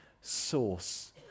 source